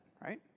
right